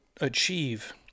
achieve